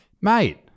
Mate